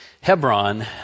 Hebron